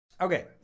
Okay